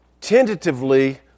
tentatively